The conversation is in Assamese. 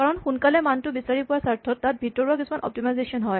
কাৰণ সোনকালে মানটো বিচাৰি পোৱাৰ স্বাৰ্থত তাত ভিতৰোৱাকৈ কিছুমান অপ্তিমাইজেচন হয়